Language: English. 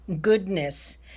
goodness